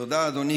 תודה, אדוני.